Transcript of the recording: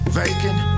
vacant